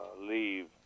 leave